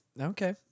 Okay